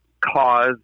cause